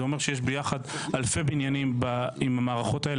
זה אומר שיש ביחד אלפי בניינים עם המערכות האלה,